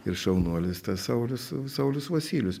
ir šaunuolis tas saulius saulius vosylius